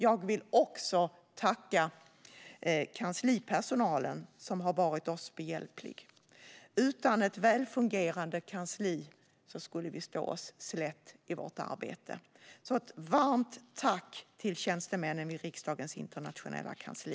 Jag vill också tacka kanslipersonalen som har varit oss behjälplig. Utan ett välfungerande kansli skulle vi stå oss slätt i vårt arbete. Varmt tack till tjänstemännen i riksdagens internationella kansli!